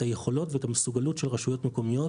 היכולות ואת המסוגלות של רשויות מקומיות